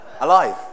alive